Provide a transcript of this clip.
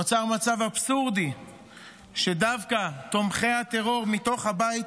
נוצר מצב אבסורדי שדווקא תומכי הטרור מתוך הבית